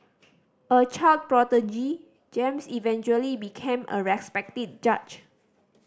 a child prodigy James eventually became a respected judge